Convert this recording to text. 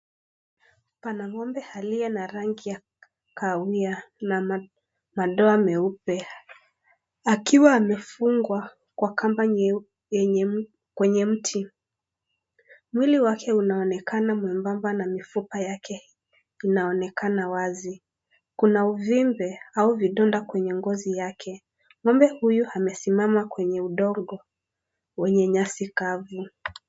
Pana ng'ombe aliye na rangi ya kahawiya na madoa meupe, akiwa amefungwa kwa kamba kwenye mti. Mwili wake unaonekana mwembamba na mifupa yake inaonekana wazi. Kuna uvimbe ou vidonda kwenye ngozi yake. Ng'ombe huyu amesimama kwenye udongo wenye nyazi kavu.